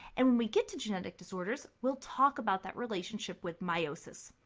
and when we get to genetic disorders, we'll talk about that relationship with meiosis.